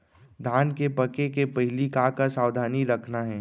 धान के पके के पहिली का का सावधानी रखना हे?